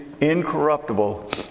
incorruptible